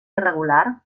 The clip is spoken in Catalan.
irregular